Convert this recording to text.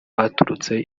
baturutse